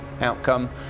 outcome